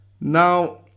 now